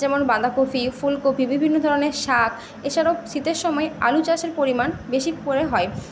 যেমন বাঁধাকফি ফুলকপি বিভিন্ন ধরণের শাক এছাড়াও শীতের সময় আলু চাষের পরিমাণ বেশি করে হয়